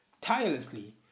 tirelessly